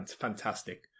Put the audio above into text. fantastic